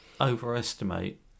overestimate